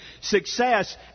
success